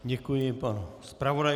Děkuji panu zpravodaji.